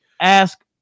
ask